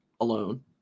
alone